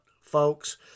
folks